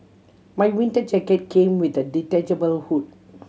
my winter jacket came with a detachable hood